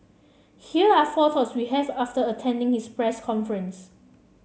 here are four thoughts we have after attending his press conference